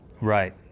Right